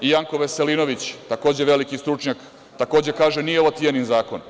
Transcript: Janko Veselinović, takođe veliki stručnjak, takođe kaže da ovo nije „Tijanin zakon“